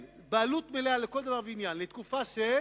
בעלות מלאה לכל דבר ועניין, לתקופה של